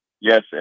yes